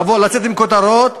לצאת עם כותרות,